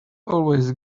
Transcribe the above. always